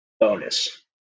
bonus